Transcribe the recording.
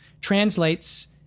translates